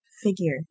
figure